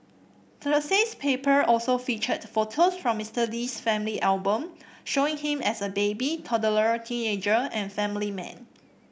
Thursday's paper also featured photo from Mister Lee's family album showing him as a baby toddler teenager and family man